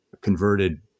converted